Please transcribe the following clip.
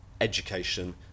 education